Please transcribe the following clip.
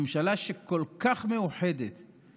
הממשלה המאוחדת כל כך.